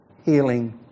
healing